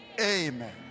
Amen